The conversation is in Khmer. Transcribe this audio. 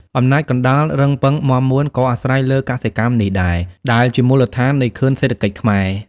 អំណាចកណ្តាល រឹងប៉ឹង មាំមួន ក៏អាស្រ័យលើកសិកម្មនេះដែរ ដែលជាមូលដ្ឋាននៃខឿនសេដ្ឋកិច្ចខ្មែរ។